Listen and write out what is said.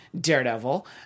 Daredevil